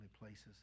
places